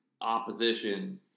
opposition